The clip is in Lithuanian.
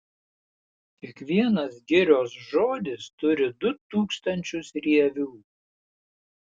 kiekvienas girios žodis turi du tūkstančius rievių